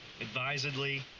advisedly